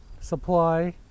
supply